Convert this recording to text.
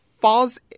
falls